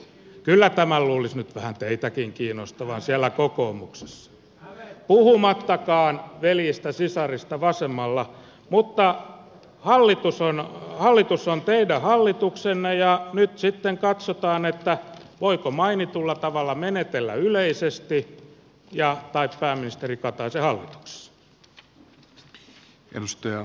kyllä tämän luulisi nyt vähän teitäkin kiinnostavan siellä kokoomuksessa puhumattakaan veljistä sisarista vasemmalla mutta hallitus on teidän hallituksenne ja nyt sitten katsotaan voiko mainitulla tavalla menetellä yleisesti tai pääministeri kataisen hallituksessa